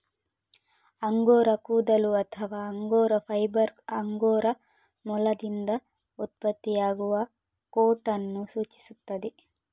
angora ಕೂದಲು ಅಥವಾ angora fibre angora ಮೊಲದಿಂದ ಉತ್ಪತ್ತಿಯಾಗುವ ಕೋಟ್ ಅನ್ನು ಸೂಚಿಸುತ್ತದೆ